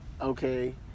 Okay